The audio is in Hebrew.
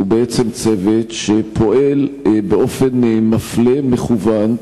הוא בעצם צוות שפועל באופן מפלה מכוון,